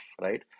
right